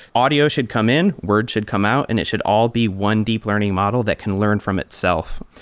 audio should come in. words should come out, and it should all be one deep learning model that can learn from itself.